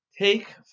take